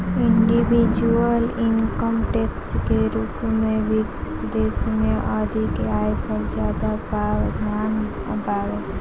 individual income tax के रूप में विकसित देश में अधिक आय पर ज्यादा प्रावधान बावे